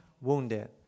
Wounded